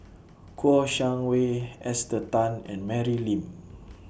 Kouo Shang Wei Esther Tan and Mary Lim